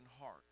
heart